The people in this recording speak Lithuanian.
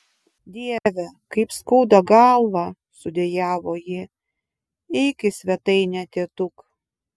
dieve kaip skauda galvą sudejavo ji eik į svetainę tėtuk